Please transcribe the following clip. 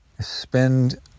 spend